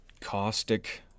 caustic